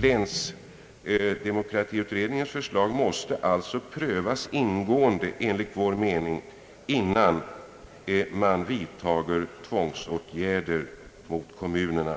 Länsdemokratiutredningens förslag måste därför enligt vår mening prövas ingående, innan man vidtar tvångsåtgärder mot kommunerna.